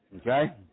Okay